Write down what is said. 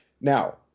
Now